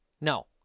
No